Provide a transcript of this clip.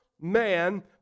man